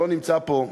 שלא נמצא פה,